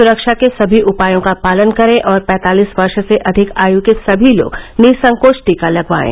सुरक्षा के सभी उपायों का पालन करें और पैंतालीस वर्ष से अधिक आयु के सभी लोग निःसंकोच टीका लगवाएं